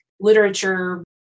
literature